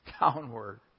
downward